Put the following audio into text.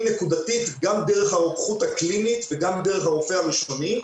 נקודתית גם דרך הרוקחות הקלינית וגם דרך הרופא הראשוני,